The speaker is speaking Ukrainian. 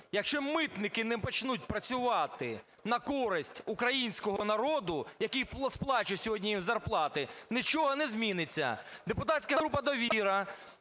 якщо митники не почнуть працювати на користь українського народу, який сплачує сьогодні їм зарплати, нічого не зміниться. Депутатська група "Довіра"